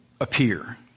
appear